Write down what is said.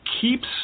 keeps